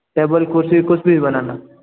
table कुर्सी कुछ भी बनाना